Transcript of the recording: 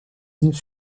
unes